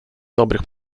dobrych